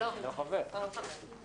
הצבעה